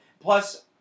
plus